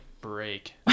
break